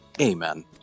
Amen